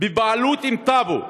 בבעלות, עם טאבו.